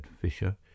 Fisher